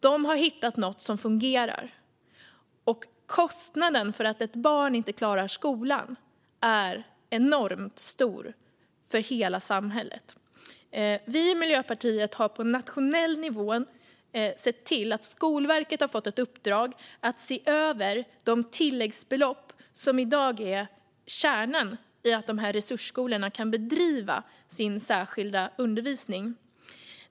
De har hittat något som fungerar, och kostnaden för att ett barn inte klarar skolan är enormt stor för hela samhället. Vi i Miljöpartiet har på nationell nivå sett till att Skolverket har fått ett uppdrag att se över de tilläggsbelopp som i dag är kärnan i att resursskolorna kan bedriva sin särskilda undervisning.